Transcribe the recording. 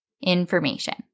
Information